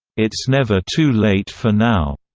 it's never too late for now,